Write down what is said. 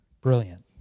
brilliant